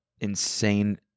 insane